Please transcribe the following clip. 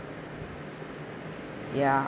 ya